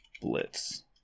Blitz